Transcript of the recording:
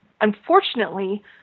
Unfortunately